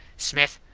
smith,